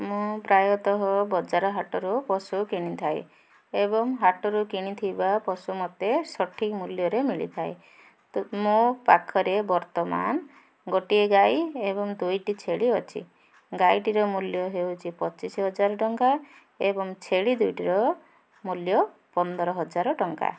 ମୁଁ ପ୍ରାୟତଃ ବଜାର ହାଟରୁ ପଶୁ କିଣିଥାଏ ଏବଂ ହାଟରୁ କିଣିଥିବା ପଶୁ ମୋତେ ସଠିକ୍ ମୂଲ୍ୟରେ ମିଳିଥାଏ ମୋ ପାଖରେ ବର୍ତ୍ତମାନ ଗୋଟିଏ ଗାଈ ଏବଂ ଦୁଇଟି ଛେଳି ଅଛି ଗାଈଟିର ମୂଲ୍ୟ ହେଉଛି ପଚିଶ ହଜାର ଟଙ୍କା ଏବଂ ଛେଳି ଦୁଇଟିର ମୂଲ୍ୟ ପନ୍ଦର ହଜାର ଟଙ୍କା